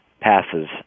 passes